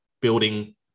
building